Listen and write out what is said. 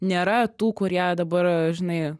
nėra tų kurie dabar žinai